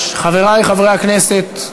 חברי חברי הכנסת,